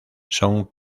son